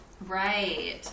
Right